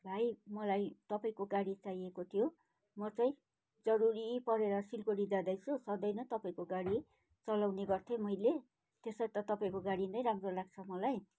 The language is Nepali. भाइ मलाई तपाईँको गाडी चाहिएको थियो म चाहिँ जरुरी परेर सिलगढी जाँदैछु सधैँ नै तपाईँको गाडी चलाउने गर्थे मैले त्यसर्थ तपाईँको गाडी नै राम्रो लाग्छ मलाई